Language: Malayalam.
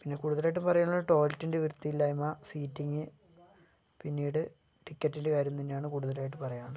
പിന്നെ കൂടുതലായിട്ടും പറയാനുള്ളത് ടോയ്ലറ്റിൻറ്റെ വൃത്തിയില്ലായ്മ്മ സീറ്റിങ്ങ് പിന്നീട് ടിക്കറ്റിൽ കാര്യന്തന്നെയാണ് കൂടുതലായിട്ട് പറയാനുള്ളത്